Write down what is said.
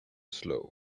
slow